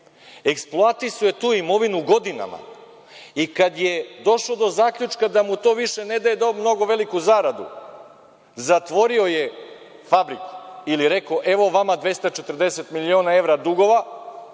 eksploatisao je tu imovinu godinama i kad je došao do zaključka da mu to više ne daje mnogo veliku zaradu, zatvorio je fabriku ili rekao – evo vama 240 miliona evra dugova,